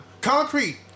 Concrete